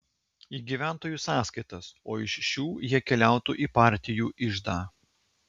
į gyventojų sąskaitas o iš šių jie keliautų į partijų iždą